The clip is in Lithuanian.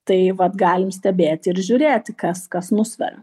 tai vat galim stebėti ir žiūrėti kas kas nusveria